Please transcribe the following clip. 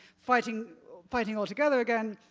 fighting fighting all together again.